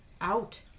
out